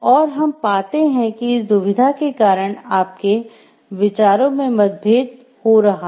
और हम पाते हैं कि इस दुविधा के कारण आपके विचारों में मतभेद हो रहा है